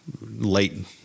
late